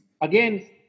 Again